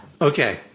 Okay